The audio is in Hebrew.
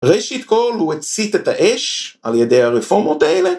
ראשית כל הוא הציט את האש על ידי הרפורמות האלה